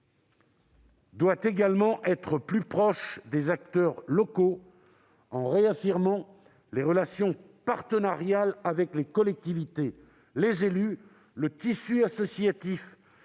doit également être plus proche des acteurs locaux, en réaffirmant des relations partenariales avec les collectivités, les élus, le tissu associatif